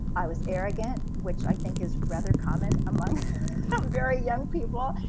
i was arrogant, which i think is rather common among very young people.